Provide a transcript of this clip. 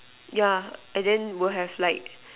yeah and then will have like